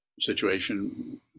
situation